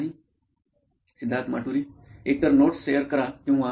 सिद्धार्थ माटुरी मुख्य कार्यकारी अधिकारी नॉइन इलेक्ट्रॉनिक्स एकतर नोट्स शेअर करा किंवा